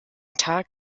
tag